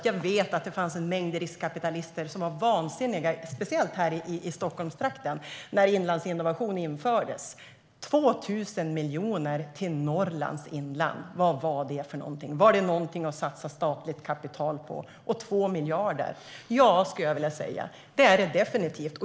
Jag vet att det fanns en mängd riskkapitalister som var vansinniga, speciellt här i Stockholmstrakten, när Inlandsinnovation infördes. Det skulle bli 2 000 miljoner till Norrlands inland. Vad var det för någonting? Var det någonting att satsa statligt kapital på, och dessutom 2 miljarder? Ja, skulle jag vilja säga. Det är det definitivt.